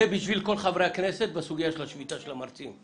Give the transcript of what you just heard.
זה בשביל כל חברי הכנסת בסוגיית שביתת המרצים,